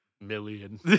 million